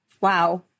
Wow